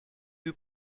who